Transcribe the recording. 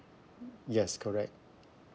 yes correct